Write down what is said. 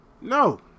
No